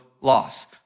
loss